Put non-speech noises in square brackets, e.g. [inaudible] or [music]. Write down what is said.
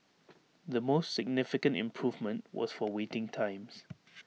the most significant improvement was for waiting times [noise]